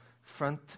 front